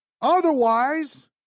otherwise